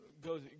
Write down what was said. goes